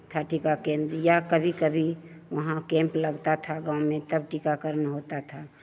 था टीका केंद्र या कभी कभी वहाँ केंप लगता था गाँव में तब टीकाकरण होता था